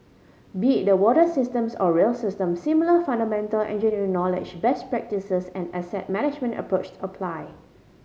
be it the water systems or rail system similar fundamental engineering knowledge best practices and asset management approached apply